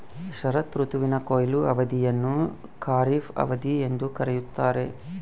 ಶರತ್ ಋತುವಿನ ಕೊಯ್ಲು ಅವಧಿಯನ್ನು ಖಾರಿಫ್ ಅವಧಿ ಎಂದು ಕರೆಯುತ್ತಾರೆ